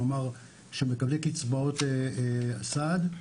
כלומר של מקבלי קצבאות סעד,